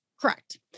Correct